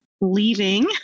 leaving